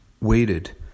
waited